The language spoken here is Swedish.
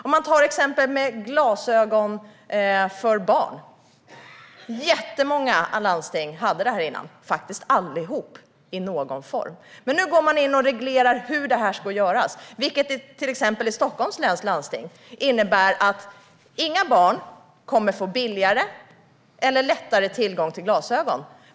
Låt oss ta exemplet med glasögon för barn. Jättemånga landsting hade detta tidigare - faktiskt allihop i någon form. Men nu går man in och reglerar hur det ska göras, vilket till exempel i Stockholms läns landsting innebär att inga barn kommer att få billigare eller lättare tillgång till glasögon.